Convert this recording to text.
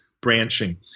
branching